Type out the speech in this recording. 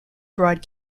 broad